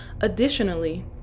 Additionally